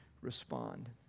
respond